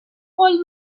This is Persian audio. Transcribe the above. قول